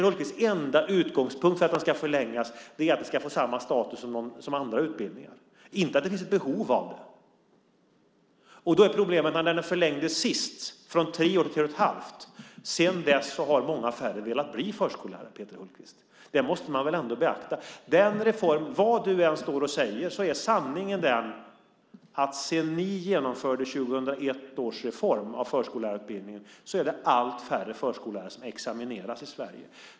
Hans enda utgångspunkt för att den ska förlängas är att den ska få samma status som andra utbildningar, inte att det finns något behov av det. Sedan den förlängdes senast från tre år till tre och ett halvt har många färre velat bli förskollärare. Det måste väl ända beaktas. Vad du än säger är sanningen den att sedan ni genomförde 2001 års reform av förskollärarutbildningen är det allt färre förskollärare som examineras i Sverige.